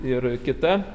ir kita